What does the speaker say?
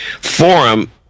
forum